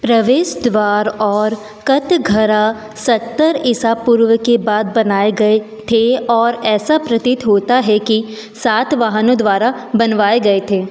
प्रवेशद्वार और कठघरा सत्तर ईसा पूर्व के बाद बनाए गए थे और ऐसा प्रतीत होता है कि सातवाहनों द्वारा बनवाए गए थे